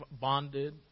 bonded